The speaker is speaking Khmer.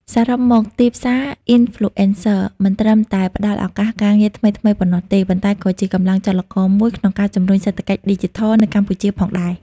សរុបមក ទីផ្សារ Influencer មិនត្រឹមតែផ្ដល់ឱកាសការងារថ្មីៗប៉ុណ្ណោះទេ ប៉ុន្តែក៏ជាកម្លាំងចលករមួយក្នុងការជំរុញសេដ្ឋកិច្ចឌីជីថលនៅកម្ពុជាផងដែរ។